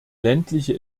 ländliche